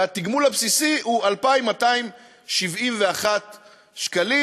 והתגמול הבסיסי הוא 2,271 שקלים.